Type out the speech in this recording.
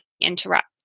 interrupt